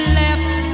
left